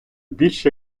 більш